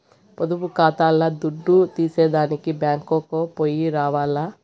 పొదుపు కాతాల్ల దుడ్డు తీసేదానికి బ్యేంకుకో పొయ్యి రావాల్ల